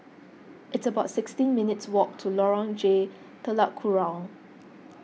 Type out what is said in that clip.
it's about sixteen minutes' walk to Lorong J Telok Kurau